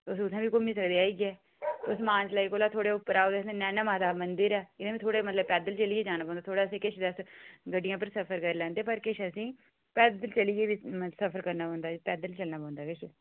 तुस उत्थे बी घुम्मी सकदे आइयै तुस मानतलाई कोला थोह्ड़ा उप्पर आओ नैना माता दा मंदिर ऐ इ'नें बी थोह्ड़े मतलब पैदल चलियै जाना पौंदा थोह्ड़ा असें किश वैसे गड्डियें पर सफर करी लैंदे पर किश असेंगी पैदल चलिए बी सफर करना पौंदा पैदल चलना पौंदा केश